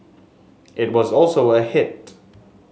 it was also a hit